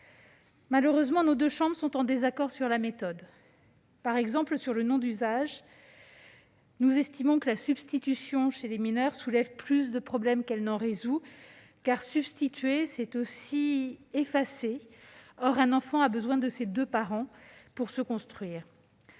Malheureusement, nos deux chambres sont en désaccord sur la méthode. Par exemple, s'agissant du nom d'usage, nous estimons que la substitution chez les mineurs soulève plus de problèmes qu'elle n'en résout, car substituer, c'est aussi un peu effacer ; or un enfant a besoin de ses deux parents pour se construire.